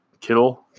Kittle